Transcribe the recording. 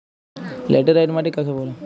Laterite মাটি কাকে বলে?